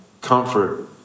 comfort